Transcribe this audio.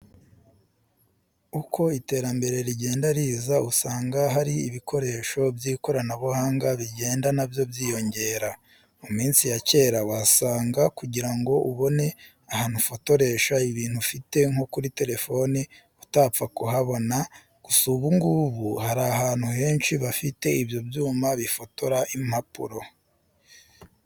Uko iterambere rigenda riza usanga hari ibikoresho by'ikoranabuhanga bigenda na byo byiyongera. Mu minsi ya kera wasanga kugira ngo ubone ahantu ufotoresha ibintu ufite nko kuri telefone utapfa kuhabona, gusa ubu ngubu hari ahantu henshi bafite ibyo byuma bifotora impapuro.